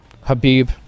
Habib